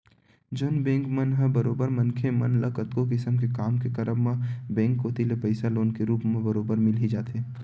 जउन बेंक मन ह बरोबर मनखे मन ल कतको किसम के काम के करब म बेंक कोती ले पइसा लोन के रुप म बरोबर मिल ही जाथे